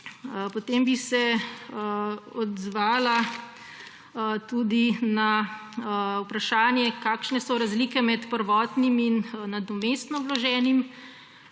Potem bi se odzvala tudi na vprašanje, kakšne so razlike med prvotnim in nadomestno vloženim